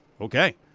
Okay